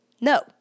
No